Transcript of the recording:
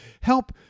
help